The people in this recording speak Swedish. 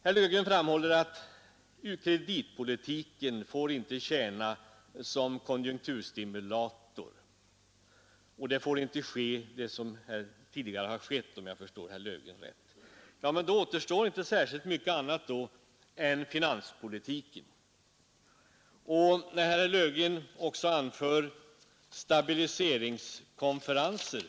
Herr Löfgren framhåller att en stram kreditpolitik inte får tjäna som konjunkturregulator och att det som tidigare har skett inte får upprepas, om jag förstod herr Löfgren rätt. Då återstår inte särskilt mycket annat än finanspolitiken, herr Löfgren! Herr Löfgren talade också om stabiliseringskonferenser.